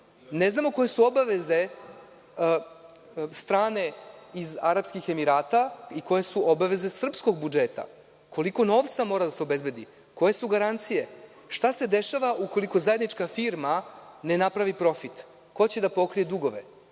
ne znamo koje su obaveze strane iz Arapskih Emirata i koje su obaveze srpskog budžeta, koliko novca mora da se obezbedi i koje su garancije. Šta se dešava ukoliko zajednička firma ne napravi profit? Ko će da pokrije dugove?